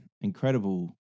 incredible